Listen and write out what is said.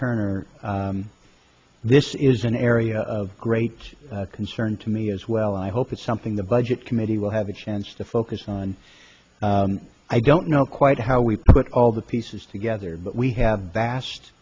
turner this is an area of great concern to me as well i hope it's something the budget committee will have a chance to focus on i don't know quite how we put all the pieces together but we have vas